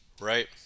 right